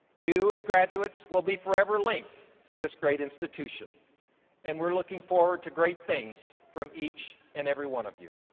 you as graduates will be forever linked to this great institution and we're looking forward to great things from each and every one of you.